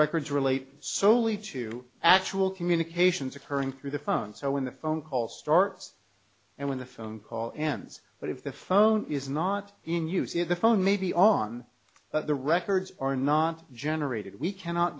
records relate solely to actual communications occurring through the phone so when the phone call starts and when the phone call ends but if the phone is not in use if the phone may be on but the records are not generated we cannot